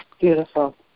Beautiful